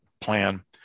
plan